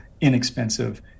inexpensive